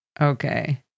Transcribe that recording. Okay